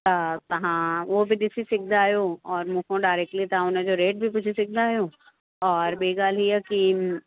त हा उहो बि ॾिसी सघंदा आहियो और मूंखा डाइरैक्ट्ली तव्हां उन जो रेट बि विझी सघंदा आहियो और ॿिए ॻाल्हि हीअ कि